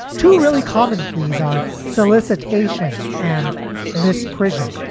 two really common pleas are solicitation and misprision.